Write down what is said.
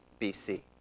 BC